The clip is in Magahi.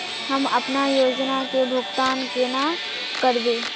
हम अपना योजना के भुगतान केना करबे?